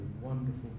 wonderful